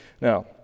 Now